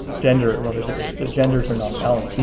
gender well, there's the genders are not balanced,